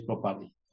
properly